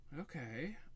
Okay